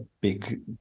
big